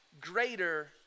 greater